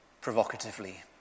provocatively